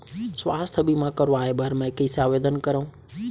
स्वास्थ्य बीमा करवाय बर मैं कइसे आवेदन करव?